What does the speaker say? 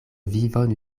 vivon